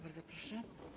Bardzo proszę.